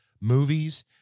movies